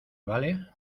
vale